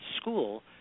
school